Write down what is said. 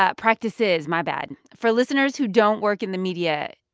ah practices, my bad. for listeners who don't work in the media,